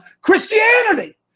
Christianity